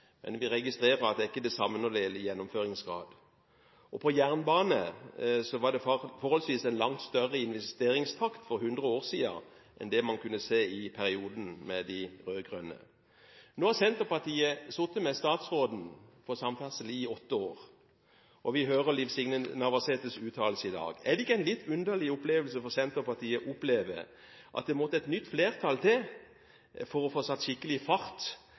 men vi registrerer at det ikke er det samme når det gjelder gjennomføringsgrad. På jernbanefeltet var det forholdsvis en langt større investeringstakt for hundre år siden enn det man kunne se i periodene med de rød-grønne. Når Senterpartiet hadde statsråden for samferdsel i åtte år, og vi leser Liv Signe Navarsetes uttalelse, er det ikke litt underlig for Senterpartiet å oppleve at det måtte et nytt flertall til for å få satt skikkelig fart